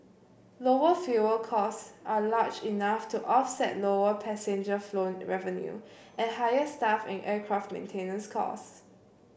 lower fuel costs are large enough to offset lower passenger flown revenue and higher staff and aircraft maintenance costs